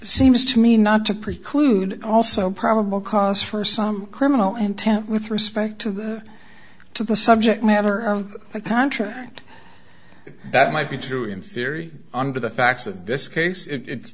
seems to me not to preclude also probable cause for some criminal intent with respect to the subject matter of the contract that might be true in theory under the facts of this case it